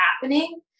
happening